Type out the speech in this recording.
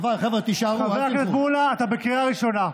חבר הכנסת מולא, אתה בקריאה ראשונה.